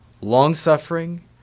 long-suffering